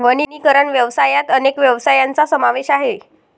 वनीकरण व्यवसायात अनेक व्यवसायांचा समावेश आहे